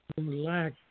Lack